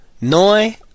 noi